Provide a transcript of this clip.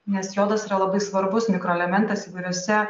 nes jodas yra labai svarbus mikroelementas įvairiuose